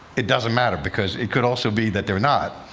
it doesn't matter, because it could also be that they're not.